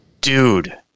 Dude